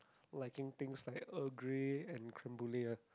liking things like Earl Grey and creme brulee lah